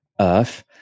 Earth